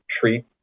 treat